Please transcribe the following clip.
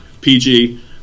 PG